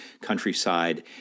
countryside